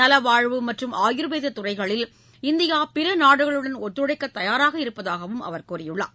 நலவாழ்வு மற்றும் ஆயுர்வேத துறைகளில் இந்தியா பிற நாடுகளுடன் ஒத்துழைக்க தயாராக இருப்பதாகவும் அவர் கூறியுள்ளார்